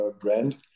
brand